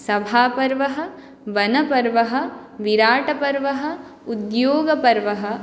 सभापर्वः वनपर्वः विराटपर्वः उद्योगपर्वः